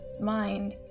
mind